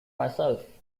myself